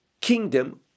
kingdom